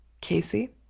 Casey